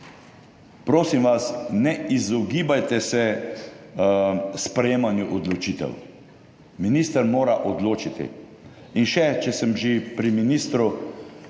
prosim vas, ne izogibajte se sprejemanju odločitev, minister mora odločiti. In še, če sem že pri ministru,